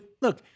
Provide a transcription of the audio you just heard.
look